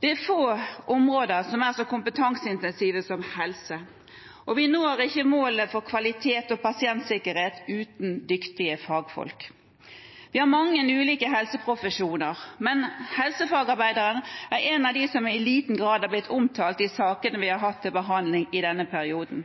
Det er få områder som er så kompetanseintensive som helse. Vi når ikke målene for kvalitet og pasientsikkerhet uten dyktige fagfolk. Vi har mange ulike helseprofesjoner, men helsefagarbeideren er en av dem som i liten grad har blitt omtalt i sakene vi har hatt til behandling i denne perioden.